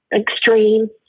extreme